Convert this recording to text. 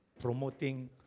promoting